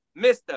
Mr